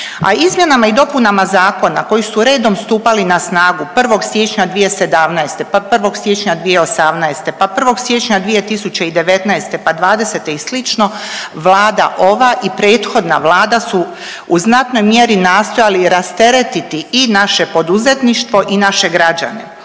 izmjenama i dopunama Zakona koji su redom stupali na snagu 1. siječnja 2017., pa 1. siječnja 2018., pa 1. siječnja 2019., pa '20. i slično Vlada ova i prethodna Vlada su u znatnoj mjeri nastojali rasteretiti i naše poduzetništvo i naše građane.